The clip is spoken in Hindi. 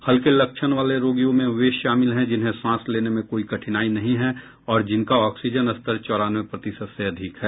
हल्के लक्षण वाले रोगियों में वे शामिल हैं जिन्हें सांस लेने में कोई कठिनाई नहीं है और जिनका ऑक्सीजन स्तर चौरानवे प्रतिशत से अधिक है